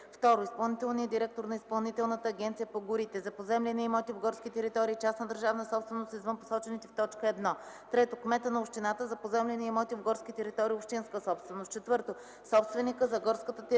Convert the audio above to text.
2; 2. изпълнителния директор на Изпълнителната агенция по горите – за поземлени имоти в горски територии – частна държавна собственост, извън посочените в т. 1; 3. кмета на общината – за поземлени имоти в горски територии – общинска собственост; 4. собственика – за горската територия,